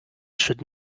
should